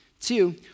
Two